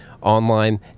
online